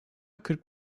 kırk